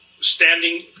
standing